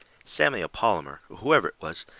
samuel palmour, or whoever it was,